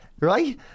right